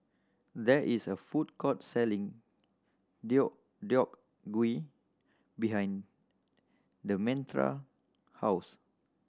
there is a food court selling Deodeok Gui behind Demetra house